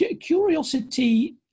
curiosity